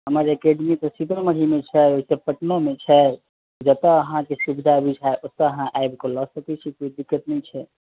हमर एकेडमी त सीतामढ़ी मे छै पटनोमे छै जेत्तो अहाँके सुविधा बुझाय ओत्तो आबिके अहाँ लय सकै छी कोई दिक्कत नहि छै